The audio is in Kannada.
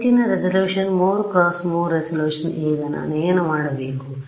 ಹೆಚ್ಚಿನ ರೆಸಲ್ಯೂಶನ್ 3 × 3 ರೆಸಲ್ಯೂಶನ್ ಈಗ ನಾನು ಏನು ಮಾಡಬೇಕು